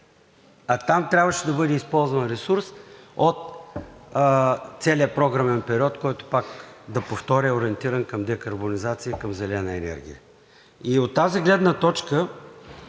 а там трябваше да бъде използван ресурс от целия програмен период, който, пак да повторя, е ориентиран към декарбонизация и към зелена енергия. От тази гледна точка